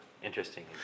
interesting